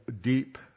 deep